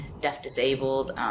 deaf-disabled